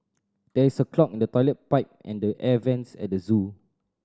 there is a clog in the toilet pipe and the air vents at the zoo